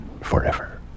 forever